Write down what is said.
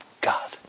God